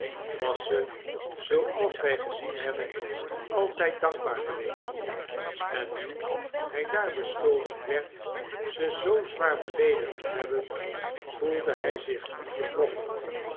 ze zooals wij gezien liebben altijd dankbaar geweest en nu hij daar beschuldigd werd ze zoo zwaar beleedigd te hebben vaelde hij zich diep getroffen